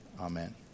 Amen